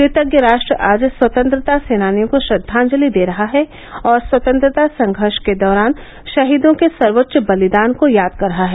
कृतज्ञ राष्ट्र आज स्वतंत्रता सेनानियों को श्रद्धांजलि दे रहा है और स्वतंत्रता संघर्ष के दौरान शहीदों के सर्वोच्च बलिदान को याद कर रहा है